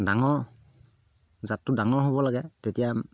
ডাঙৰ জাতটো ডাঙৰ হ'ব লাগে তেতিয়া